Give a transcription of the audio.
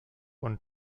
und